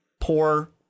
poor